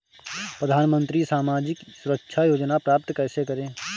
प्रधानमंत्री सामाजिक सुरक्षा योजना प्राप्त कैसे करें?